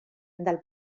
del